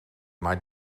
maar